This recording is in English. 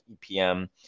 EPM